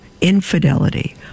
infidelity